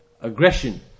aggression